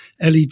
LED